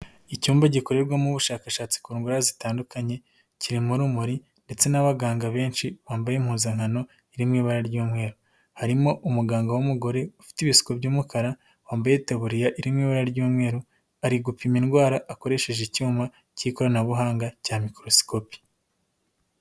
Icyumba gikorerwamo ubushakashatsi ku ndwara zitandukanye. Kirimo urumuri ndetse n'abaganga benshi bambaye impuzankano iri mu ibara ry'umweru. Harimo umuganga w'umugore ufite ibisuko by'umukara, wambaye itaburiya iri mu ibara ry'umweru. Ari gupima indwara akoresheje icyuma cy'ikoranabuhanga cya mikorosikopi.